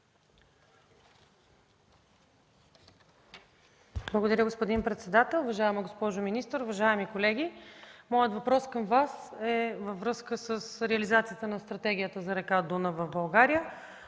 Благодаря, господин председател. Уважаема госпожо министър, уважаеми колеги! Моят въпрос към Вас е във връзка с реализацията на Стратегията за река Дунав в България.